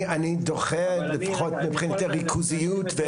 אני דוחה, לפחות מבחינת הריכוזיות.